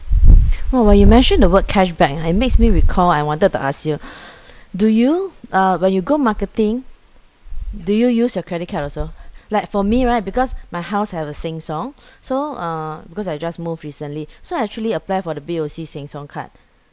!wah! when you mention the word cashback ah it makes me recall I wanted to ask you do you uh when you go marketing do you use your credit card also like for me right because my house have a sheng siong so uh because I just moved recently so I actually apply for the B_O_C sheng siong card